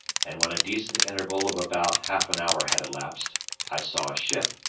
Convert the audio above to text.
and when a decent interval of about half an hour had elapsed i saw a ship.